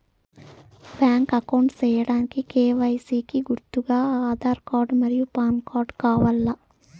Bank account సేయడానికి KYC కి గుర్తుగా ఆధార్ కార్డ్ మరియు పాన్ కార్డ్ కావాలా?